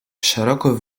szeroko